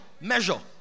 measure